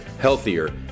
healthier